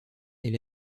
est